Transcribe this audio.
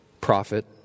prophet